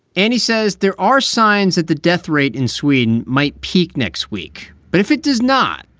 and he says there are signs that the death rate in sweden might peak next week. but if it does not,